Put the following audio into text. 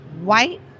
white